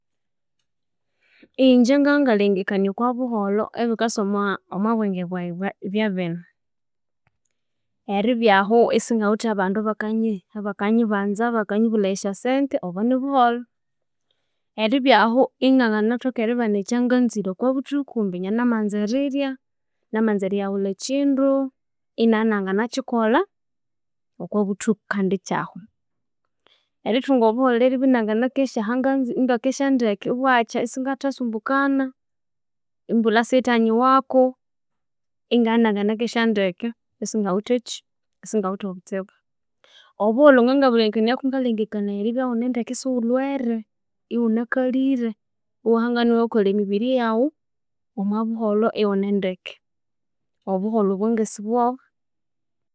Ingye ngabya ingalhengekania okwa buholho ebikasa omwa mwa bwenge bwa- bwaghe byabino eribya ahu isigngawithe abandu abakanyibangya abakanyibulhaya esyo sente obi ni buholho eribya ahu inanginathoka eribana ekyanganzire okwa bithuku mbinya ngamanza erirya namanza eryaghulha ekindu inabya inanginakikolha okwa buthuku kandi ekyahwa erithunga obuholho ryeribya ingakesya ebwakya isingathasumbukana embulha isighithanyiwaku ingabya inanganakesya ndeke isingawithe obutsibu, obuholho ngabya ingalhengekanaya eribya ndeke isighulhwere ighunakalhire ewahangana ewayakolha emibiri yaghu omwa buholho ighunendeke obuholho obwa ngasi bwobo.